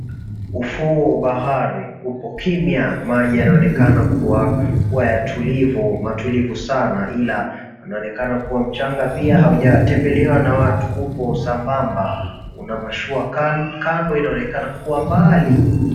Ufuo wa bahari upo kimya maji yanaonekana kuwa tulivu matulivu sana ila inaonekana mchanga haujatembelewa na watu upo sambamba una mashua kando inaonekana kuwa mbali.